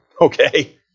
okay